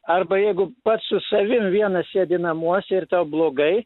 arba jeigu pats su savim vienas sėdi namuose ir tau blogai